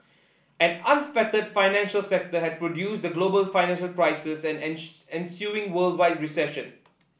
an unfettered financial sector had produced the global financial crisis and ensuing worldwide recession